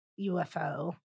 UFO